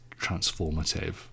transformative